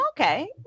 okay